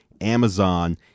Amazon